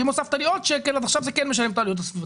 ואם הוספת לי עוד שקל אז עכשיו זה כן משלם את העלויות הסביבתיות?